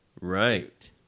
Right